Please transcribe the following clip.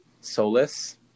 solace